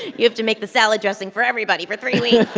you have to make the salad dressing for everybody for three weeks